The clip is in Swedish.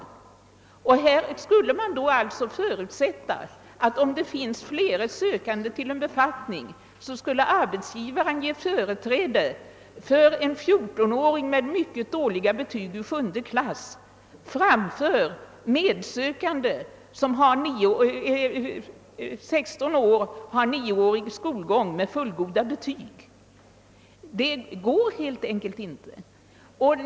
Motionärernas förslag skulle alltså nu förutsätta, att om det finns flera sökande till en befattning, skulle arbetsgivaren ge företräde åt en 14-åring med mycket dåliga betyg från sjunde klassen framför en medsökande som är 16 år och har nioårig skolgång med fullgoda betyg! Det går helt enkelt inte.